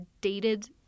dated